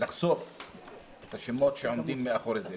לחשוף את השמות שעומדים מאחורי זה.